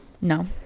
No